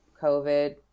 COVID